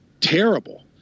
Terrible